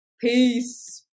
Peace